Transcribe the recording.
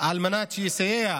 על מנת שיסייע